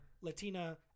Latina